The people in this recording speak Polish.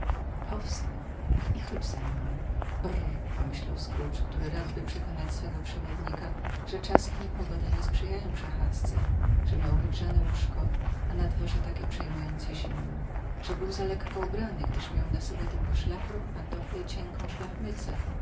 powstań i chodź ze mną brr pomyślał scrooge który radby przekonać swego przewodnika że czas ani pogoda nie sprzyjają przechadzce że miał wygrzane łóżko a na dworze takie przejmujące zimno że był za lekko ubrany gdyż miał na sobie tylko szlafrok pantofle i cienką